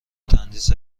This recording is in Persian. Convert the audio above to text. تندیس